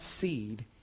seed